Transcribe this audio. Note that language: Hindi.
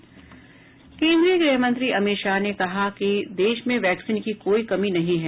केन्द्रीय गृह मंत्री अमित शाह ने कहा है कि देश में वैक्सीन की कोई कमी नहीं है